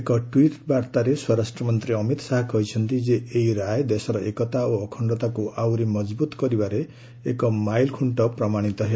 ଏକ ଟ୍ୱିଟ୍ ବାର୍ଭାରେ ସ୍ୱରାଷ୍ଟ୍ରମନ୍ତ୍ରୀ ଅମିତ ଶାହା କହିଛନ୍ତି ଯେ ଏହି ରାୟ ଦେଶର ଏକତା ଓ ଅଖଣ୍ଡତାକୁ ଆହୁରି ମଜବୁତ କରିବାରେ ଏକ ମାଇଲଖ୍ରଣ୍ଟ ପ୍ରମାଣିତ ହେବ